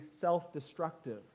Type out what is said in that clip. self-destructive